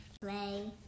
Play